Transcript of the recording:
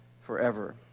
forever